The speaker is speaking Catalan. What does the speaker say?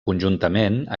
conjuntament